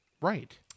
Right